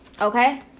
Okay